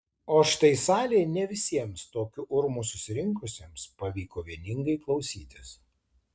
o štai salėje ne visiems tokiu urmu susirinkusiems pavyko vieningai klausytis